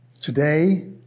today